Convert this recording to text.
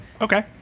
Okay